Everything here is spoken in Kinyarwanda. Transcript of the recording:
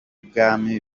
bwami